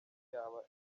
yaba